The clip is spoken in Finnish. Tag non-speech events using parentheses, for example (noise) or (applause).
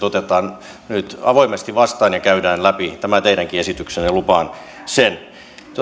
(unintelligible) otetaan nyt avoimesti vastaan ja käydään läpi tämä teidänkin esityksenne lupaan sen